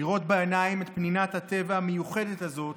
לראות בעיניים את פנינת הטבע המיוחדת הזאת